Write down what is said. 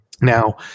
Now